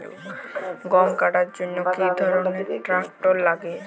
গম কাটার জন্য কি ধরনের ট্রাক্টার লাগে?